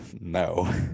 No